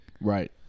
Right